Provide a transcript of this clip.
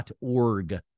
org